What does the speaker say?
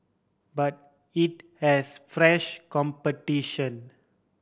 but it has fresh competition